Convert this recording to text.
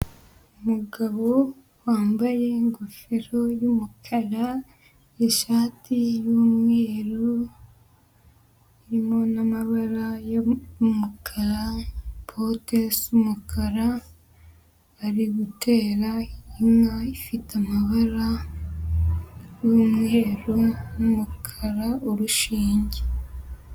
Umugabo wambaye ingofero y'umukara n'ishati y'umweru, irimo n'amabara y'umukara, bote z'umukara, ari gutera inka ifite amabara y'umweru n'umukara urushinge.